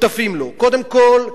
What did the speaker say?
קודם כול,